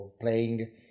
playing